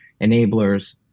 enablers